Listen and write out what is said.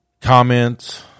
comments